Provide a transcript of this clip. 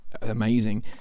amazing